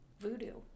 voodoo